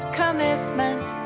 commitment